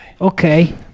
Okay